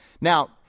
Now